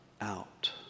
out